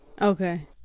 Okay